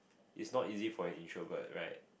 it's not easy for an introvert right